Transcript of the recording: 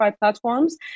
platforms